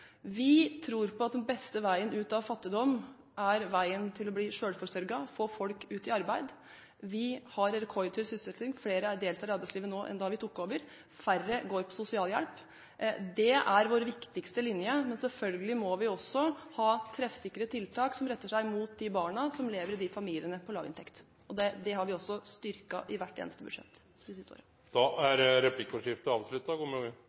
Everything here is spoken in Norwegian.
Vi tror på at den beste veien ut av fattigdom er veien til å bli selvforsørget, få folk ut i arbeid. Vi har rekordhøy sysselsetting, flere deltar i arbeidslivet nå enn da vi tok over, og færre går på sosialhjelp. Det er vår viktigste linje. Selvfølgelig må vi også ha treffsikre tiltak som retter seg mot de barna som lever i familier med lav inntekt. Dette har vi også styrket i hvert eneste budsjett de siste årene. Da er replikkordskiftet avslutta.